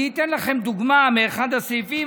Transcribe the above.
אתן לכם דוגמה מאחד הסעיפים,